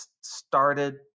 started